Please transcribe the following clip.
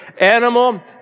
animal